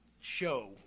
show